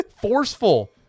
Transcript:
forceful